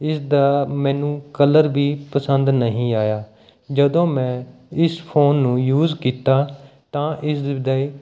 ਇਸ ਦਾ ਮੈਨੂੰ ਕਲਰ ਵੀ ਪਸੰਦ ਨਹੀਂ ਆਇਆ ਜਦੋਂ ਮੈਂ ਇਸ ਫ਼ੋਨ ਨੂੰ ਯੂਜ਼ ਕੀਤਾ ਤਾਂ ਇਸਦੇ